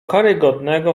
karygodnego